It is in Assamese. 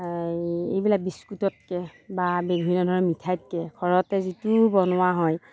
এইবিলাক বিস্কুটতকে বা বিভিন্ন ধৰণৰ মিঠাইতকে ঘৰতে যিটো বনোৱা হয়